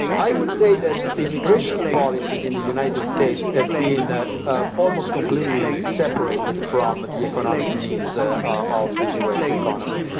i would say that immigration policies in the united states have been ah ah almost completely separated from the economic needs ah ah of the u s. economy.